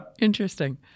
Interesting